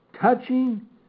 touching